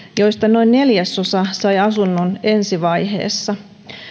joista noin neljäsosa sai asunnon ensivaiheessa